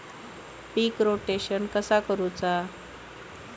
पीक rotation कसा करूचा?